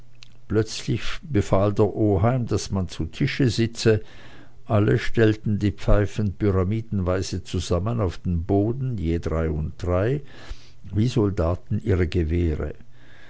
plötzlich befahl der oheim daß man zu tische sitze alle stellten die pfeifen pyramidenweise zusammen auf den boden je drei und drei wie soldaten ihre gewehre